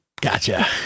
Gotcha